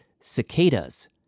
cicadas